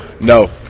No